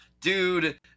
Dude